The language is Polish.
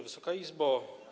Wysoka Izbo!